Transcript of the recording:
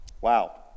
Wow